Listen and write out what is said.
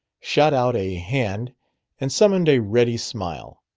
shot out a hand and summoned a ready smile.